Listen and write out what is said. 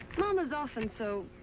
mama's often so,